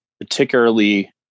particularly